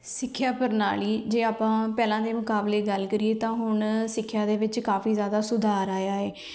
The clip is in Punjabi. ਸਿੱਖਿਆ ਪ੍ਰਣਾਲੀ ਜੇ ਆਪਾਂ ਪਹਿਲਾਂ ਦੇ ਮੁਕਾਬਲੇ ਗੱਲ ਕਰੀਏ ਤਾਂ ਹੁਣ ਸਿੱਖਿਆ ਦੇ ਵਿੱਚ ਕਾਫੀ ਜ਼ਿਆਦਾ ਸੁਧਾਰ ਆਇਆ ਹੈ